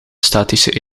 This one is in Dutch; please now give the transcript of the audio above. statische